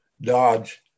Dodge